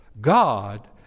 God